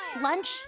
Lunch